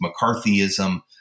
McCarthyism